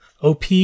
OP